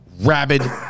rabid